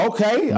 Okay